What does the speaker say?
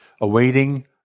Awaiting